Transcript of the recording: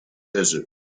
desert